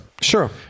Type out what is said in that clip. Sure